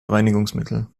reinigungsmittel